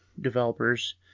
developers